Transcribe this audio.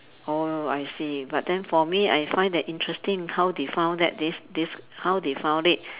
oh I see but then for me I find that interesting how they found that this this how they found it